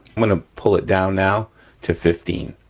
i'm gonna pull it down now to fifteen.